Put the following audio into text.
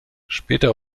später